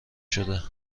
شده